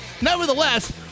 nevertheless